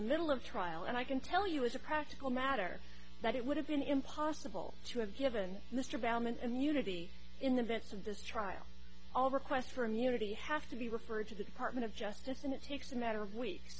the middle of trial and i can tell you as a practical matter that it would have been impossible to have given mr baumann and unity in the events of this trial all requests for immunity have to be referred to the department of justice and it takes a matter of weeks